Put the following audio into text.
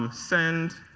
ah send.